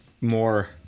more